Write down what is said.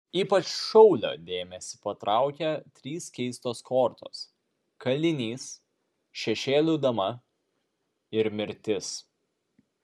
ypač šaulio dėmesį patraukia trys keistos kortos kalinys šešėlių dama ir mirtis